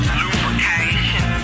lubrication